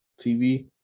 TV